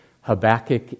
Habakkuk